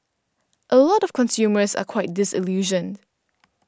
a lot of consumers are quite disillusioned